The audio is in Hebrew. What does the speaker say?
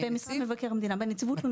במשרד מבקר המדינה, בנציבות תלונות הציבור.